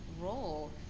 role